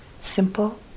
simple